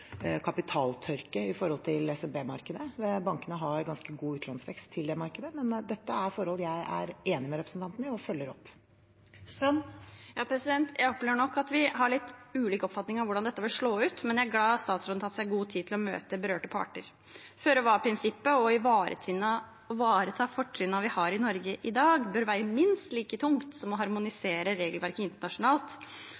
kapitaltørke med tanke på SMB-markedet. Bankene har ganske god utlånsvekst til det markedet. Men dette er forhold jeg er enig med representanten i og følger opp. Jeg opplever nok at vi har litt ulik oppfatning av hvordan dette vil slå ut, men jeg er glad for at statsråden har tatt seg god tid til å møte berørte parter. Føre-var-prinsippet og å ivareta fortrinnene vi har i Norge i dag, bør veie minst like tungt som å